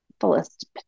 fullest